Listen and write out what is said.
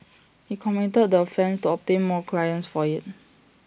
he committed the offences to obtain more clients for IT